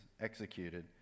executed